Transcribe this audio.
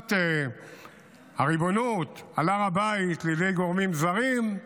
שליטת הריבונות על הר הבית לידי גורמים זרים,